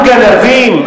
אנחנו גנבים.